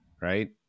right